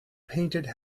painted